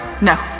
No